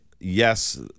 yes